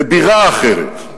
בבירה אחרת.